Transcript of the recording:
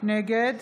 נגד